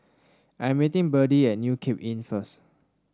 I'm meeting Byrdie at New Cape Inn first